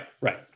right